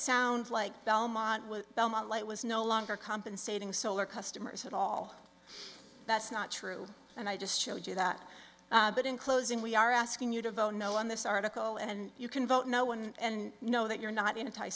sound like belmont was belmont light was no longer compensating solar customers at all that's not true and i just showed you that but in closing we are asking you to vote no on this article and you can vote no one and know that you're not in a tie